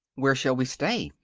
where shall we stay?